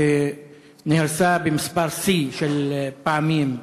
שנהרסה מספר שיא של פעמים,